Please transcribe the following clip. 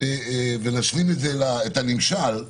ונשלים את הנמשל,